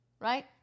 right